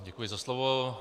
Děkuji za slovo.